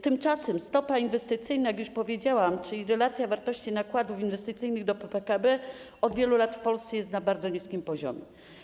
Tymczasem stopa inwestycyjna, jak już powiedziałam, czyli relacja wartości nakładów inwestycyjnych do PKB, od wielu lat w Polsce jest na bardzo niskim poziomie.